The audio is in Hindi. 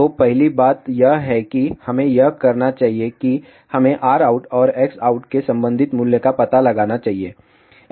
तो पहली बात यह है कि हमें यह करना चाहिए कि हमें Rout और Xout के संबंधित मूल्य का पता लगाना चाहिए